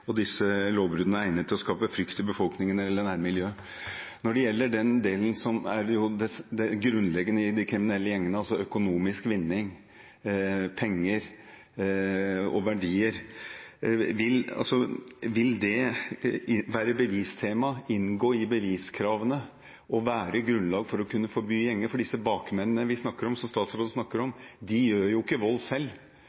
og disse lovbruddene er egnet til å skape frykt i befolkningen eller nærmiljøet». Når det gjelder den delen som er det grunnleggende i de kriminelle gjengene, altså økonomisk vinning, penger og verdier: Vil det være bevistema, inngå i beviskravene og være grunnlag for å kunne forby gjenger? De bakmennene vi snakker om, og som statsråden snakker om,